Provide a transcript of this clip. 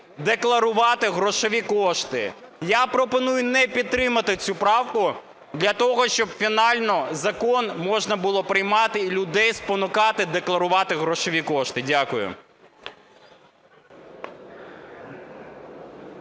декларувати грошові кошти. Я пропоную не підтримувати цю правку для того, щоб фінально закон можна було приймати і людей спонукати декларувати грошові кошти. Дякую.